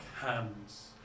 hands